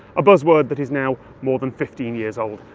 a buzzword that is now more than fifteen years old.